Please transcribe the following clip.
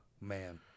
Man